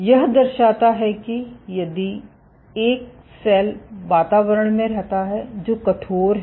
यह दर्शाता है कि यदि एक सेल वातावरण में रहता है जो कठोर है